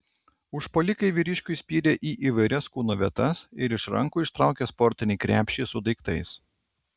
užpuolikai vyriškiui spyrė į įvairias kūno vietas ir iš rankų ištraukė sportinį krepšį su daiktais